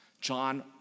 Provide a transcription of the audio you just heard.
John